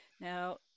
Now